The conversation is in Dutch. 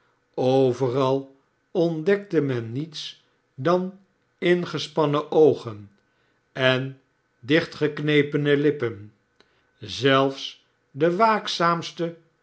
overal ontdekte men niets dan ingespannen oogen en dichtgeknepene lippen zelfs de